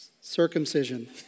circumcision